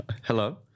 hello